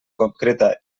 concreta